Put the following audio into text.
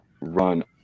run